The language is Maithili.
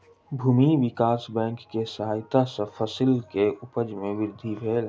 भूमि विकास बैंक के सहायता सॅ फसिल के उपज में वृद्धि भेल